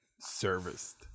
serviced